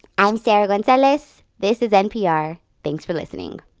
i'm sarah gonzalez. this is npr. thanks for listening.